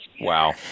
Wow